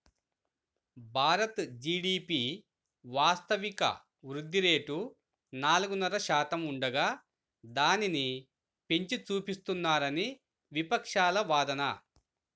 Bharat GDP వాస్తవిక వృద్ధి rate నాలుగున్నర శాతం ఉండగా దానిని పెంచి చూపిస్తున్నారని విపక్షాల వాదన